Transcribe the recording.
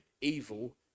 evil